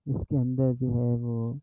اس کے اندر جو ہے وہ